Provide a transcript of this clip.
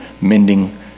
mending